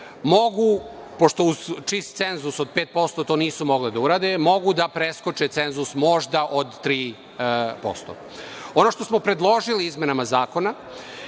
mogu, pošto uz čist cenzus od 5% to nisu mogle da urade, mogu da preskoče cenzus možda od 3%. Ono što smo predložili izmenama zakona,